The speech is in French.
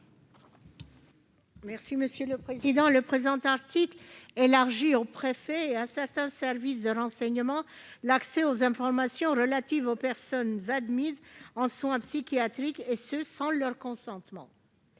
présenter l'amendement n° 66. Le présent article tend à élargir au préfet et à certains services de renseignement l'accès aux informations relatives aux personnes admises en soins psychiatriques, et ce sans leur consentement.